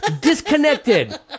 Disconnected